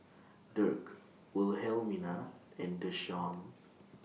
Dirk Wilhelmina and Deshaun